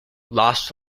lost